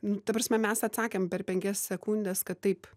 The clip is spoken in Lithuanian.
ta prasme mes atsakėm per penkias sekundes kad taip